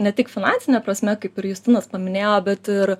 ne tik finansine prasme kaip ir justinas paminėjo bet ir